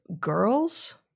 girls